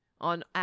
on